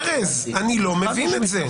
ארז, אני לא מבין את זה.